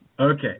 Okay